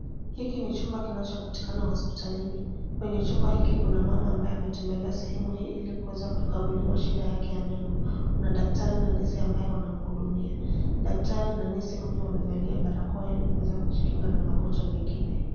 Hiki ni chumba kinachopatikana hospitalini. Kwenye chumba hiki kuna mama ambaye ametembelea sehemu hii ili kuweza kukaguliwa shida yake ya meno. Kuna daktari na nesi ambaye wanamhudumia. Daktari na nesi huyu wamevalia barakoa ili kuweza kujikinga na magonjwa mengine.